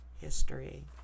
history